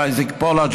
אייזיק פולץ',